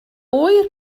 ŵyr